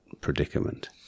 predicament